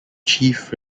chief